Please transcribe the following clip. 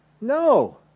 No